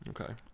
Okay